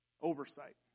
Oversight